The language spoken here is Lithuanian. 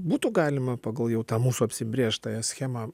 būtų galima pagal jau tą mūsų apsibrėžtąją schemą